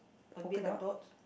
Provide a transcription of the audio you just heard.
a bit of dots